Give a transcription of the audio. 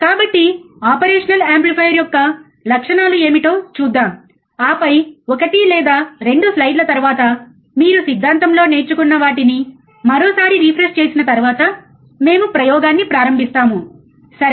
కాబట్టి operational amplifier యొక్క లక్షణాలు ఏమిటో చూద్దాం ఆపై 1 లేదా 2 స్లైడ్ తరువాత మీరు సిద్ధాంతంలో నేర్చుకున్న వాటిని మరోసారి రిఫ్రెష్ చేసిన తర్వాత మేము ప్రయోగాన్ని ప్రారంభిస్తాము సరే